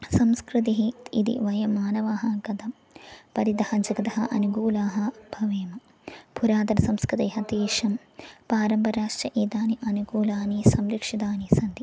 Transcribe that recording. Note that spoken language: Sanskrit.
संस्कृतिः इति वयं मानवाः कथं परितः जगतः अनुकूलाः भवेम पुरातनसंस्कृतेः तेषां पारम्पराश्च एतानि अनुकूलानि संरक्षितानि सन्ति